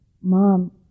Mom